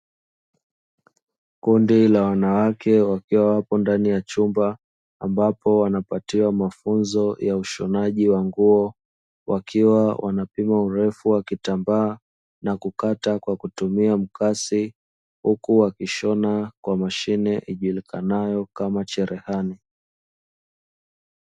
Kundi la wanawake wakiwa wapo ndani ya chumba ambapo wanapatiwa mafunzo ya ushonaji wa nguo, wakiwa wanapima urefu wa kitambaa na kukata kwa kutumia mkasi, huku wakishona kwa mashine ijulikanayo kama cherehani.